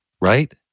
right